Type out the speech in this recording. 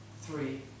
three